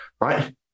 right